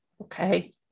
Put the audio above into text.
Okay